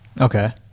okay